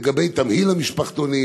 לגבי תמהיל המשפחתונים,